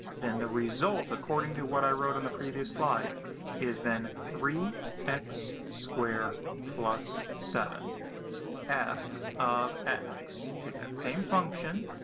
then, the result according to what i wrote on the previous slide is then three x squared plus seven f of x. take that same function,